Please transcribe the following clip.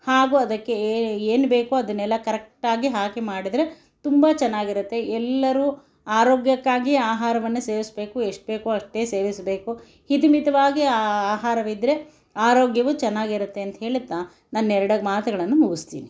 ಹಾಗೂ ಅದಕ್ಕೆ ಏನು ಬೇಕೊ ಅದನ್ನೆಲ್ಲ ಕರೆಕ್ಟಾಗಿ ಹಾಕಿ ಮಾಡಿದರೆ ತುಂ ಚೆನ್ನಾಗಿರುತ್ತೆ ಎಲ್ಲರು ಆರೋಗ್ಯಕ್ಕಾಗಿ ಆಹಾರವನ್ನು ಸೇವಿಸಬೇಕು ಎಷ್ಟು ಬೇಕೊ ಅಷ್ಟೇ ಸೇವಿಸಬೇಕು ಹಿತ ಮಿತವಾಗಿ ಆಹಾರವಿದ್ದರೆ ಆರೋಗ್ಯವು ಚೆನ್ನಾಗಿರುತ್ತೆ ಅಂತ ಹೇಳುತ್ತಾ ನನ್ನ ಎರಡು ಮಾತುಗಳನ್ನು ಮುಗಿಸ್ತೀನಿ